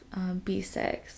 B6